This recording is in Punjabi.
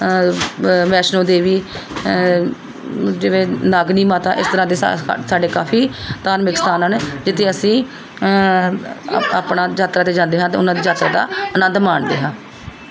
ਵੈਸ਼ਨੋ ਦੇਵੀ ਜਿਵੇਂ ਨਾਗਨੀ ਮਾਤਾ ਇਸ ਤਰ੍ਹਾਂ ਦੇ ਸਾਡੇ ਕਾਫੀ ਧਾਰਮਿਕ ਅਸਥਾਨ ਹਨ ਜਿੱਥੇ ਅਸੀਂ ਆਪਣਾ ਯਾਤਰਾ 'ਤੇ ਜਾਂਦੇ ਹਨ ਅਤੇ ਉਹਨਾਂ ਦੀ ਯਾਤਰਾ ਦਾ ਆਨੰਦ ਮਾਣਦੇ ਹਾਂ